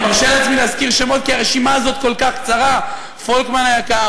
אני מרשה לעצמי להזכיר שמות כי הרשימה הזאת כל כך קצרה: פולקמן היקר,